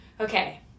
okay